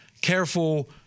careful